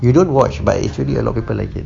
you don't watch but actually a lot of people like it